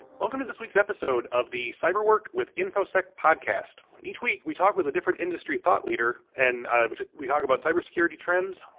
welcome to this week's episode of the cyber work with infosec podcast. each week we talk with a different industry thought leader and we we talk about cyber security trends,